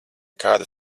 kādu